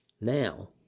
Now